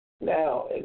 Now